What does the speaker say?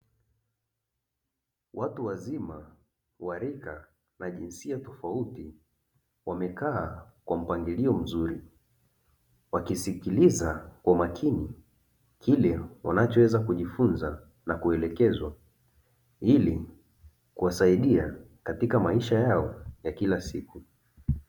Watu wazima wa rika na jinsia tofauti wamekaa kwa mpangilio mzuri, wakisikiliza kwa makini kile wanachoweza kujifunza na kuelekezwa ili kuwasaidia katika maisha yao ya kila siku.